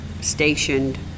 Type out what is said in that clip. stationed